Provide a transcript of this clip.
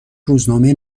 روزنامه